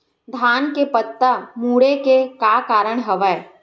धान के पत्ता मुड़े के का कारण हवय?